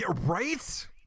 Right